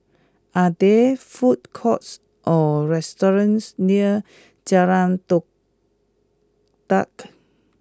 are there food courts or restaurants near Jalan Todak